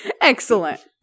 Excellent